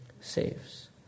saves